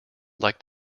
like